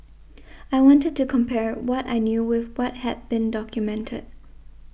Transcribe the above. I wanted to compare what I knew with what had been documented